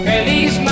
Feliz